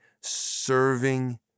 serving